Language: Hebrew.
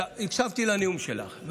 הקשבתי לנאום שלך,